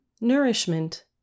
Nourishment